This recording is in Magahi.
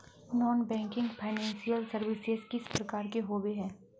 नॉन बैंकिंग फाइनेंशियल सर्विसेज किस प्रकार के होबे है?